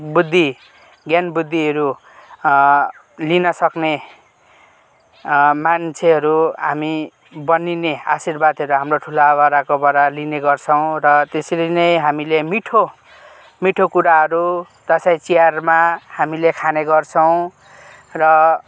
बुद्धि ज्ञान बुद्धिहरू लिन सक्ने मान्छेहरू हामी बनीने आशिर्वादहरू हाम्रो ठुला बडाकोबाट लिने गर्छौँ र त्यसरी नै हामीले मिठो मिठो कुराहरू दसैँ तिहारमा हामीले खाने गर्छौँ र